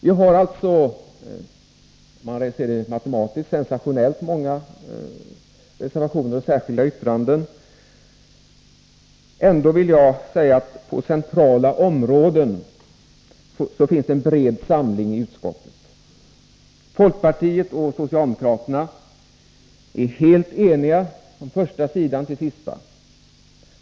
Det är alltså sensationellt många reservationer och särskilda yttranden. Ändå vill jag säga att det på centrala områden finns en bred samling i utskottet. Folkpartiet och socialdemokraterna är helt ense från första sidan till den sista.